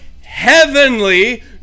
Heavenly